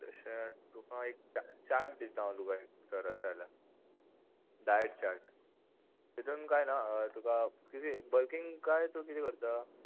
तशें तुका एक चार्ट चार्ट दिता हांव तुका घरा आसा जाल्यार डायट चार्ट तेतून कांय ना तुका किदें बल्कींग कांय तूं किदें करता